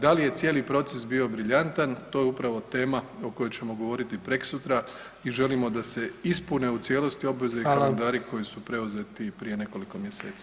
Da li je cijeli proces bio briljantan to je upravo tema o kojoj ćemo govoriti preksutra i želimo da se ispune u cijelosti obveze i kalendari koji su preuzeti prije nekoliko mjeseci.